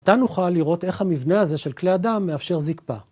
עתה נוכל לראות איך המבנה הזה של כלי אדם מאפשר זקפה.